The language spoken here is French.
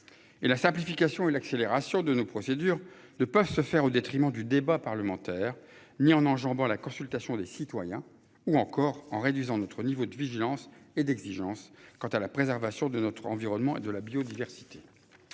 Et la simplification et l'accélération de nos procédures de pas se faire au détriment du débat parlementaire, ni en enjambant la consultation des citoyens, ou encore en réduisant notre niveau de vigilance et d'exigence quant à la préservation de notre environnement et de la biodiversité.